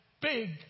big